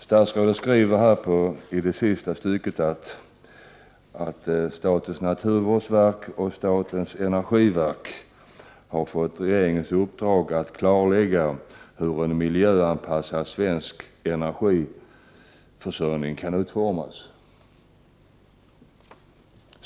Statsrådet säger i det sista stycket i svaret att statens naturvårdsverk och statens energiverk har fått regeringens uppdrag att klarlägga hur en miljöanpassad svensk energiförsörjning kan utformas.